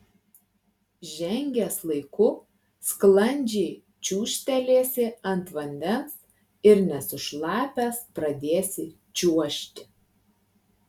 žengęs laiku sklandžiai čiūžtelėsi ant vandens ir nesušlapęs pradėsi čiuožti